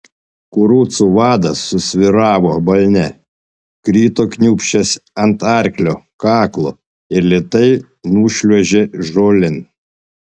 kurucų vadas susvyravo balne krito kniūbsčias ant arklio kaklo ir lėtai nušliuožė žolėn